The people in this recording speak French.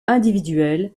individuel